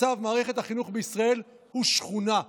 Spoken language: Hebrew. מצב מערכת החינוך בישראל הוא שכונה.